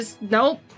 Nope